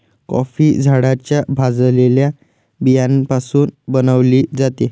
coffee झाडाच्या भाजलेल्या बियाण्यापासून बनविली जाते